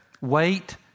Wait